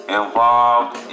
involved